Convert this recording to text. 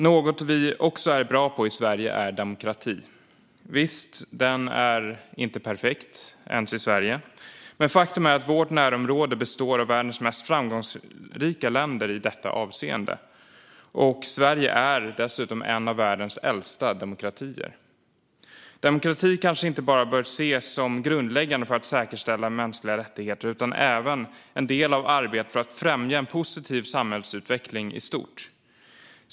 Något som vi är bra på i Sverige är demokrati. Visst, den är inte perfekt ens i Sverige. Men faktum är att vårt närområde består av världens mest framgångsrika länder i detta avseende, och Sverige är dessutom en av världens äldsta demokratier. Demokrati kanske inte bara bör ses som grundläggande för att säkerställa mänskliga rättigheter utan även som en del av arbetet för att främja en positiv samhällsutveckling i stort.